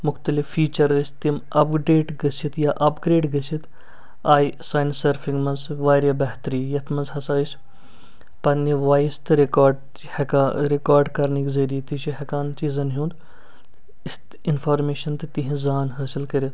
مُختلِف فیٖچَر ٲسۍ تِم اَپڈیٹ گٔژھِتھ یا اَپ گرٛیڈ گٔژھِتھ آیہِ سانہِ سٔرفِنٛگ منٛز واریاہ بہتٔری یَتھ منٛز ہسا أسۍ پَننہِ وایِس تہٕ رِکارڈ چھِ ہیٚکان رِکارڈ کرنٕکۍ ذریعہ تہِ چھِ ہیٚکان چیٖزَن ہُنٛد اِست اِنفارمیشَن تہِ تِہنٛز زان حٲصِل کٔرِتھ